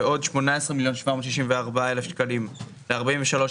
ועוד 18.764 מיליון שקלים ל-430301,